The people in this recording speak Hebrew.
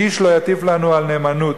איש לא יטיף לנו על נאמנות.